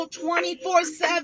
24-7